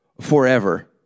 forever